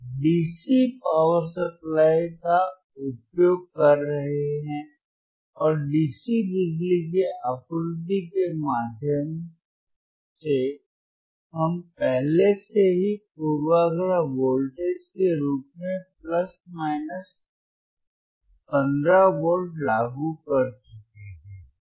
हम डीसी बिजली की आपूर्ति का उपयोग कर रहे हैं और डीसी बिजली की आपूर्ति के माध्यम से हम पहले से ही पूर्वाग्रह वोल्टेज के रूप में प्लस माइनस 15 वोल्ट लागू कर चुके हैं